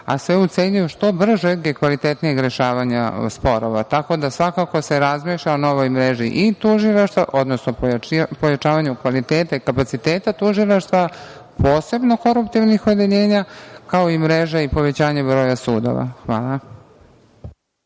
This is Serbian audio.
a sve u cilju što bržeg i kvalitetnijeg rešavanja sporova. Tako da, svakako se razmišlja o novoj mreži i tužilaštva, odnosno pojačavanju kvaliteta i kapaciteta tužilaštva, posebno koruptivnih odeljenja, kao i mreže i povećanje broj sudova. Hvala.